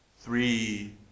Three